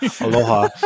Aloha